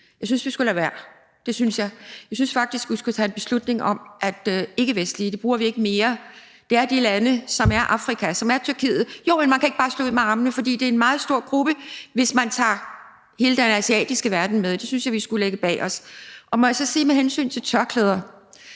Jeg synes, vi skulle lade være med det; det synes jeg. Jeg synes faktisk, vi skulle tage en beslutning om, at udtrykket ikkevestlige bruger vi ikke mere. Det drejer sig om de lande, som er Afrika, og som er Tyrkiet. Og man skal ikke bare slå ud med armene, for der er tale om en meget stor gruppe, hvis man tager hele den asiatiske verden med, og det synes jeg at vi skulle lægge bag os. Må jeg så sige noget med hensyn til tørklæder